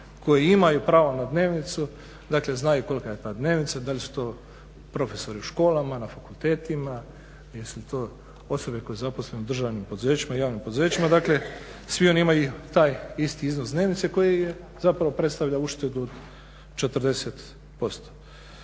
koji imaju pravo na dnevnicu znaju kolika je ta dnevnica. Da li su to profesori u školama, na fakultetima, jesu li to osobe koje su zaposlene u državnim i javnim poduzećima, dakle svi oni imaju taj isti iznos dnevnice koji predstavlja uštedu od 40%.